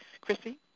Chrissy